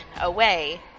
away